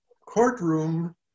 courtroom